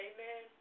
Amen